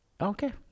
Okay